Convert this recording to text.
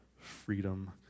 freedom